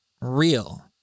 real